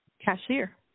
cashier